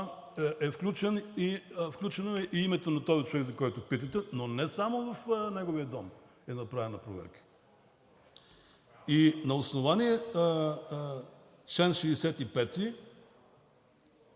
е включено и името на този човек, за когото питате. Но не само в неговия дом е направена проверка. На основание чл.